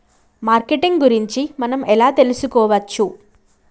Marketing గురించి మనం ఎలా తెలుసుకోవచ్చు?